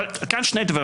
אבל בעניין זה שני דברים.